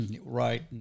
Right